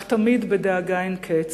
אך תמיד בדאגה אין קץ.